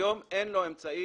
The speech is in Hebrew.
היום אין לו אמצעי,